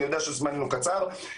אני יודע שזמננו קצר.